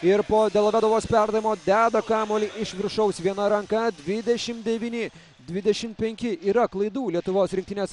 ir po delovedovos perdavimo deda kamuolį iš viršaus viena ranka dvidešim devyni dvidešim penki yra klaidų lietuvos rinktinės